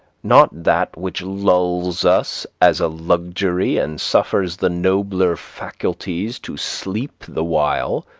not that which lulls us as a luxury and suffers the nobler faculties to sleep the while,